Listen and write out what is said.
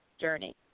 journey